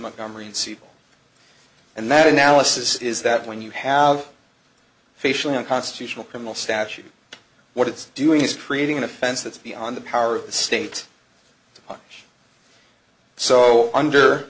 montgomery in seattle and that analysis is that when you have facial in constitutional criminal statute what it's doing is creating an offense that's beyond the power of the state so under